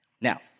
Now